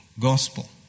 gospel